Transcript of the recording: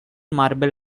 marble